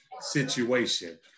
situation